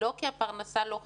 לא כי הפרנסה לא חשובה,